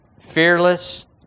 fearless